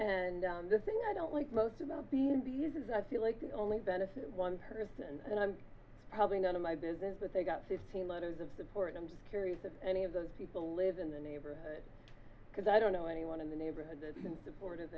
and the thing i don't like most about being the uses i feel like the only benefit one person and i'm probably none of my business but they got fifteen letters of support i'm just curious if any of those people live in the neighborhood because i don't know anyone in the neighborhood that's been support